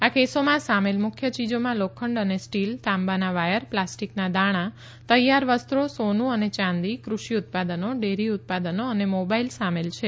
આ કેસોમાં સામેલ મુખ્ય ચીજોમાં લોખંડ અને સીલ તાંબાના વાયર પ્લાસિકના દાણા તૈયાર વસ્ત્રો સોના અને ચાંદી કૃષિ ઉત્પાદનો ડેરી ઉત્પાદનો અને મોબાઈલ સામેલ છે